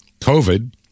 COVID